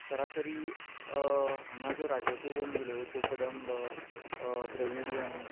सरासरी हांगा ज्यो राजवटी येवन गेल्यो क्यो कदंब द्रवीडीयन